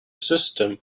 system